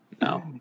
No